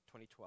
2012